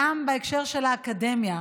גם בהקשר של האקדמיה,